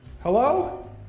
Hello